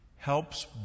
helps